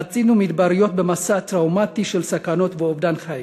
חצינו מדבריות במסע טראומטי של סכנות ואובדן חיים.